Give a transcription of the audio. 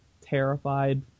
terrified